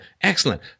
Excellent